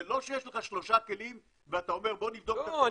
זה לא שיש לך שלושה כלים ואתה אומר: בוא נבדוק את --- לא,